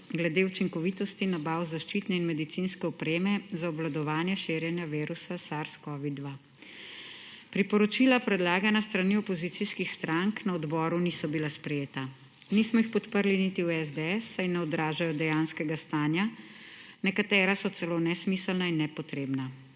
glede učinkovitosti nabav zaščitne in medicinske opreme za obvladovanje širjenja virusa SARS-CoV-2. Priporočila, predlagana s strani opozicijskih strank, na odboru niso bila sprejeta. Nismo jih podprli niti v SDS, saj ne odražajo dejanskega stanja, nekatera so celo nesmiselna in nepotrebna.